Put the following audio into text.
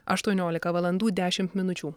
aštuoniolika valandų dešimt minučių